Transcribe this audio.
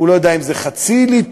הוא לא יודע אם זה חצי ליטר,